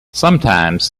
sometimes